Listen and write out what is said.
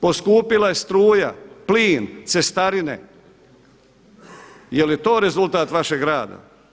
Poskupila je struja, plin, cestarine, je li to rezultat vašeg rada?